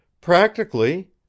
Practically